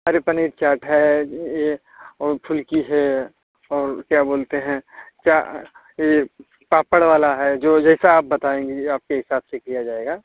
अरे पनीर चाट है ये और फुल्की है और क्या बोलते हैं क्या ये पापड़ वाला है जो जैसा आप बताएँगी आपके हिसाब से किया जाएगा